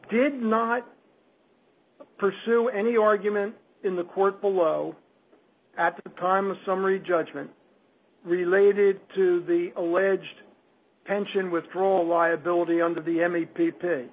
did not pursue any argument in the court below at the time a summary judgment related to the alleged pension withdraw liability under the m e p pay